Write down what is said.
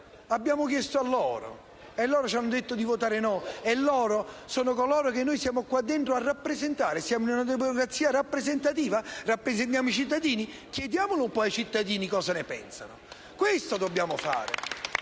Abbiamo chiesto a loro, e loro ci hanno detto di votare no, e sono coloro che noi siamo qui dentro a rappresentare. Siamo in una democrazia rappresentativa? Rappresentiamo i cittadini? Chiediamo un po' ai cittadini cosa ne pensano. Questo dobbiamo fare.